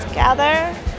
Gather